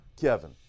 Kevin